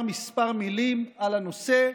בדקות הספורות שיש לי אני רוצה לומר כמה מילים על הנושא,